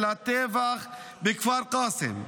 של הטבח בכפר קאסם.